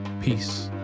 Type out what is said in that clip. Peace